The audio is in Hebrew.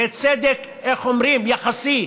זה צדק יחסי,